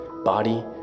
Body